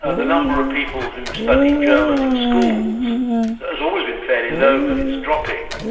ah the number of people who study german in schools has always been fairly low but is dropping,